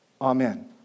Amen